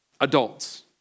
adults